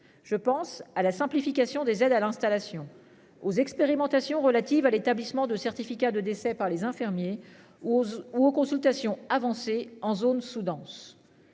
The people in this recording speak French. Je pense à la simplification des aides à l'installation aux expérimentations relatives à l'établissement de certificat de décès par les infirmiers ou ou aux consultations avancées en zone sous-dense.